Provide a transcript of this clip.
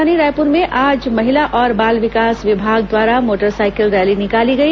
राजधानी रायपुर में आज महिला और बाल विकास विभाग द्वारा मोटरसाइकिल रैली निकाली गई